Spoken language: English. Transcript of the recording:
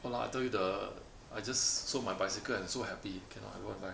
!walao! I tell you the I just sold my bicycle and I'm so happy cannot I don't want to buy